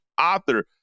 author